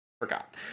forgot